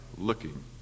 Looking